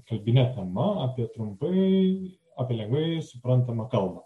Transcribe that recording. kalbine tema apie trumpai apie lengvai suprantamą kalbą